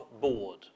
board